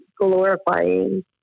glorifying